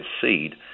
seed